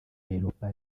europa